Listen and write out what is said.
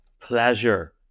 pleasure